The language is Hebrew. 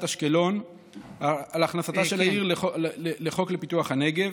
אשקלון על הכנסתה של העיר לחוק לפיתוח הנגב